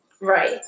Right